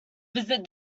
visit